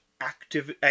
active